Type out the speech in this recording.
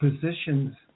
positions